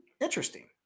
Interesting